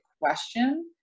question